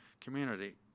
community